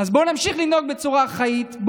בואו נמשיך לנהוג בצורה אחראית,